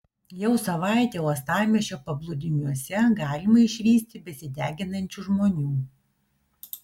jau savaitę uostamiesčio paplūdimiuose galima išvysti besideginančių žmonių